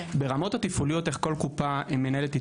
ברמות הטיפעוליות איך כל קופה מנהלת את